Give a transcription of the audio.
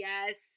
Yes